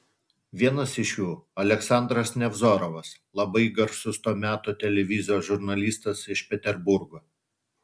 vienas iš jų aleksandras nevzorovas labai garsus to meto televizijos žurnalistas iš peterburgo